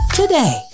today